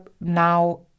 now